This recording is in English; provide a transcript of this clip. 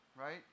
right